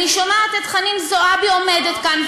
אני שומעת את חנין זועבי עומדת כאן,